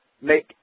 make